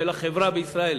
של החברה בישראל.